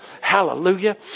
Hallelujah